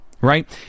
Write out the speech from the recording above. right